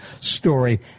story